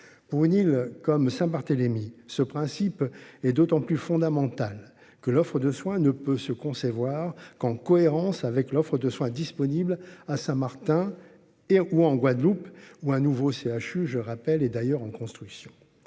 Pour une île comme Saint Barthélémy, ce principe est d'autant plus fondamentale que l'offre de soins ne peut se concevoir qu'en cohérence avec l'offre de soins disponible à Saint-Martin et ou en Guadeloupe, où un nouveau CHU je rappelle et d'ailleurs en construction,